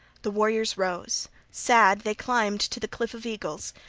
the warriors rose sad, they climbed to the cliff-of-eagles,